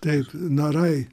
taip narai